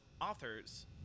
author's